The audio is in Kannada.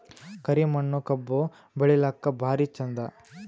ಕರಿ ಮಣ್ಣು ಕಬ್ಬು ಬೆಳಿಲ್ಲಾಕ ಭಾರಿ ಚಂದ?